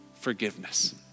Forgiveness